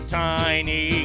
tiny